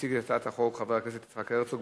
יציג את הצעת החוק חבר הכנסת יצחק הרצוג,